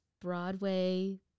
Broadway